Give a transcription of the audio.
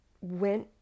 went